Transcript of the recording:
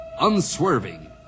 unswerving